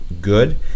good